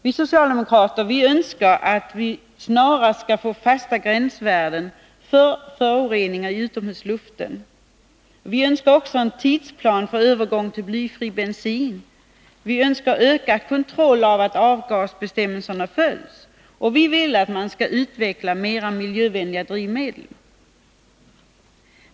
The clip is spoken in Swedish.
Vi socialdemokrater önskar att vi i Sverige snarast skall få fasta gränsvärden för föroreningar i utomhusluften. Vi önskar också en tidsplan för övergång till blyfri bensin. Vi önskar ökad kontroll av att avgasbestämmelserna följs, och vi vill att mer miljövänliga drivmedel skall utvecklas.